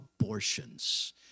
abortions